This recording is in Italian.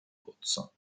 pozzo